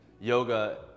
Yoga